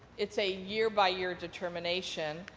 it is a year by year determination,